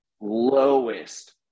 lowest